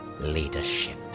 leadership